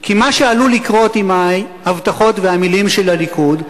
כי מה שעלול לקרות עם ההבטחות והמלים של הליכוד,